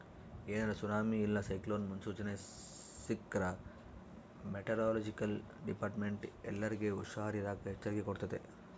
ಏನಾರ ಸುನಾಮಿ ಇಲ್ಲ ಸೈಕ್ಲೋನ್ ಮುನ್ಸೂಚನೆ ಸಿಕ್ರ್ಕ ಮೆಟೆರೊಲೊಜಿಕಲ್ ಡಿಪಾರ್ಟ್ಮೆಂಟ್ನ ಎಲ್ಲರ್ಗೆ ಹುಷಾರಿರಾಕ ಎಚ್ಚರಿಕೆ ಕೊಡ್ತತೆ